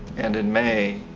and, in may,